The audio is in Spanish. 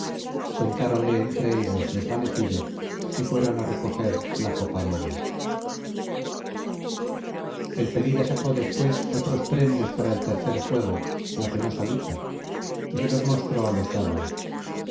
sentáronle entre ellos desvanecido y fueron á recoger la copa doble el pelida sacó después otros premios para el tercer juego la penosa lucha y se los mostró á los dáñaos